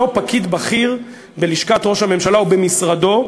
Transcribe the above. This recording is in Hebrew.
אותו פקיד בכיר בלשכת ראש הממשלה או במשרדו,